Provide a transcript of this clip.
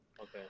Okay